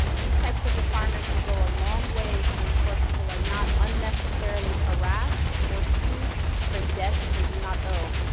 these types of requirements will go a long way to ensure people are not unnecessarily harassed or sued for debts they do not owe.